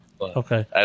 Okay